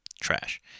trash